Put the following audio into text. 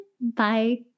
Bye